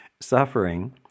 suffering